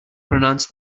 pronounced